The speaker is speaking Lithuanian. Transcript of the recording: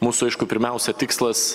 mūsų aišku pirmiausia tikslas